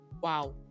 wow